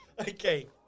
Okay